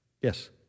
Yes